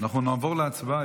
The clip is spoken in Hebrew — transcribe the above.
נעבור להצבעה.